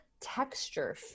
texture